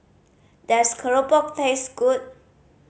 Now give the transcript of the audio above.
does keropok taste good